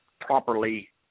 properly